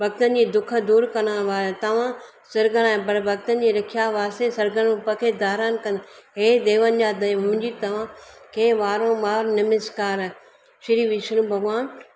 भक्तनि जी दुखु दूरि करणु वारा तव्हां सुरगना आहिय्ल पर भक्तनि जी दुख्या वास्ते सरगन रूप खे धारण कनि हे देवन जा देव मुंहिंजी तव्हांखे वारम वार निमस्कार आहे श्री विष्णु भॻवानु